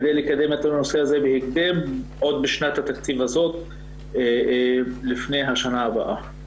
כדי לקדם את הנושא בהקדם עוד בשנת התקציב הזאת לפני השנה הבאה.